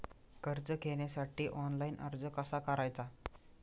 कर्ज घेण्यासाठी ऑनलाइन अर्ज कसा करायचा?